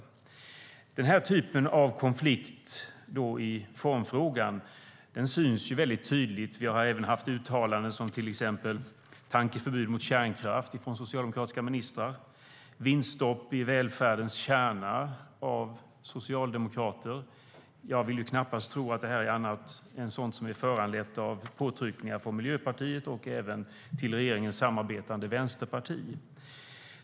Den här typen av konflikt i formfrågan syns väldigt tydligt. Vi har även haft uttalanden som tankeförbud mot kärnkraft från socialdemokratiska ministrar och vinststopp i välfärdens kärna av socialdemokrater. Jag vill knappast tro att detta är annat än sådant som är föranlett av påtryckningar på Miljöpartiet och även till regeringens samarbetande vänsterparti.